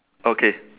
okay